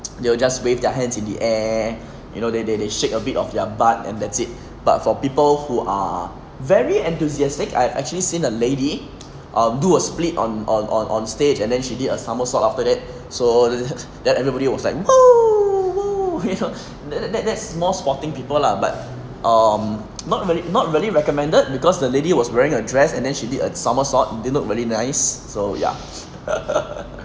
they will just waved their hands in the ev~ you know they they they shake a bit of their butt and that's it but for people who are very enthusiastic I've actually seen a lady um do a split on on on on stage and then she did a somersault after that so then everybody was like !whoa! !whoa! then that that's more sporting people lah but um not really not really recommended because the lady was wearing a dress and then she did a somersault didn't look really nice so ya